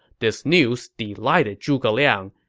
this news delighted zhuge liang.